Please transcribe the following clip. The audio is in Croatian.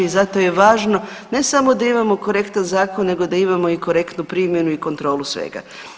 I zato je važno ne samo da imamo korektan zakon nego da imamo i korektnu primjenu i kontrolu svega.